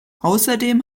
außerdem